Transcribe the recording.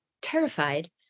Terrified